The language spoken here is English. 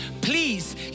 Please